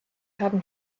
haben